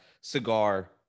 cigar